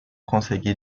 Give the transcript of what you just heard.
consegui